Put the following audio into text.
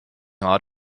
out